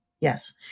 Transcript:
Yes